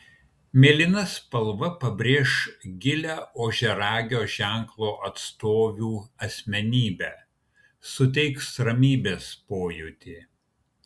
mėlyna spalva pabrėš gilią ožiaragio ženklo atstovių asmenybę suteiks ramybės pojūtį